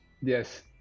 Yes